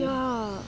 ya